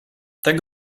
tak